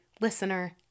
listener